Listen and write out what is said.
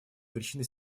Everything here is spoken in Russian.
причиной